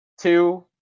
two